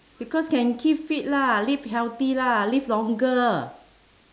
because can keep fit lah live healthy lah live longer